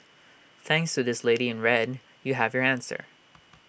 thanks to this lady in red you have your answer